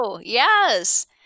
yes